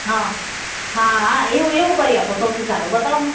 હા હાઆઆઅ એવું એવું કરી આપો સૌથી સારું બતાવો ને